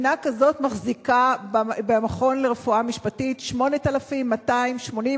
מדינה כזאת מחזיקה במכון לרפואה משפטית 8,288